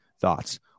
Thoughts